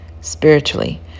spiritually